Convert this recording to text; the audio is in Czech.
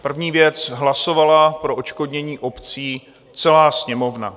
První věc, hlasovala pro odškodnění obcí celá Sněmovna.